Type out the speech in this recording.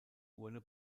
urne